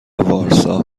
وارسا